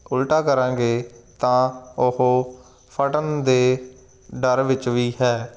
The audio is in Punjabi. ਉਲਟਾ ਕਰਾਂਗੇ ਤਾਂ ਉਹ ਫਟਣ ਦੇ ਡਰ ਵਿੱਚ ਵੀ ਹੈ